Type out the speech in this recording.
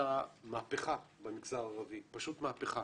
עשתה מהפכה במגזר הערבי, פשוט מהפכה.